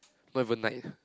not even night